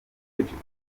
guceceka